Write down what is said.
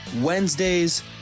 Wednesdays